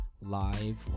live